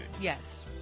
Yes